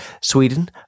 Sweden